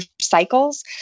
cycles